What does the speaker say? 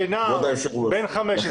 נער בן חמש עשרה....